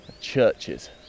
churches